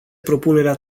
propunerea